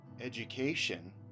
education